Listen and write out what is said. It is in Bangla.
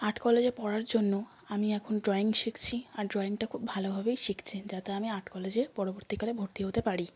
আর্ট কলেজে পড়ার জন্য আমি এখন ড্রয়িং শিখছি আর ড্রয়িংটা খুব ভালোভাবেই শিখছি যাতে আমি আর্ট কলেজে পরবর্তীকালে ভর্তি হতে পারি